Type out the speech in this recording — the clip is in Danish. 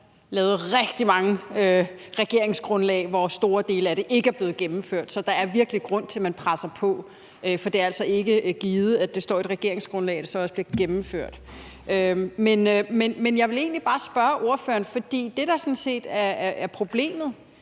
lavet rigtig mange regeringsgrundlag, hvor store dele af det ikke er blevet gennemført. Så der er virkelig grund til, at man presser på, for det er altså ikke givet, at fordi det står i et regeringsgrundlag, bliver det gennemført. Men jeg vil egentlig bare spørge ordføreren om noget. Det, der sådan set er problemet